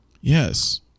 Yes